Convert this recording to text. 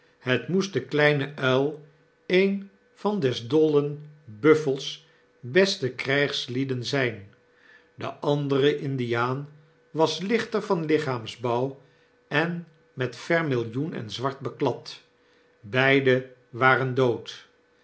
het moest de kleine uil een van des dollen buflfels beste krijgslieden zyn de andere indiaan was lichter van lichaamsbouw en met vermiljoen en zwart beklad beiden waren dood